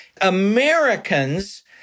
Americans